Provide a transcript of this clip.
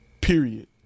Period